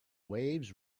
waves